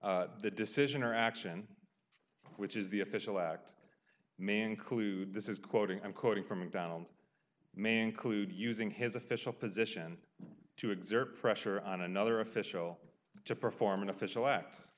the decision or action which is the official act may include this is quoting i'm quoting from donald may include using his official position to exert pressure on another official to perform an official act